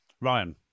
Ryan